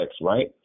right